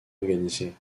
organisé